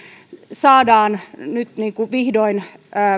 saadaan nyt vihdoin